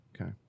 Okay